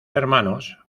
hermanos